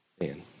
man